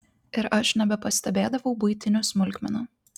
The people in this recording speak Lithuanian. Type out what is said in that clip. ir aš nebepastebėdavau buitinių smulkmenų